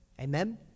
Amen